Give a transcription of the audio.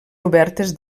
obertes